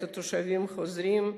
תושבים חוזרים,